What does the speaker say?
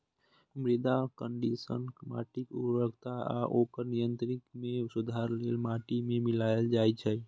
मृदा कंडीशनर माटिक उर्वरता आ ओकर यांत्रिकी मे सुधार लेल माटि मे मिलाएल जाइ छै